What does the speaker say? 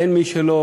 אין מי שלא